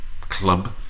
club